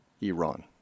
Iran